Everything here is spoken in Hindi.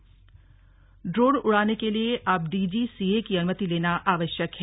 ड्रोन ड्रोन उड़ाने के लिए अब डीजीसीए की अनुमति लेना आवश्यक है